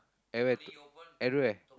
at where everywhere